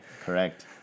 correct